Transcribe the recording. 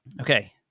Okay